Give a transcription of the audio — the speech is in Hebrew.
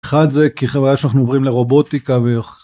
אחד זה כי חברה שאנחנו עוברים לרובוטיקה ויכ..